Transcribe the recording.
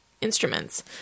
instruments